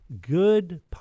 good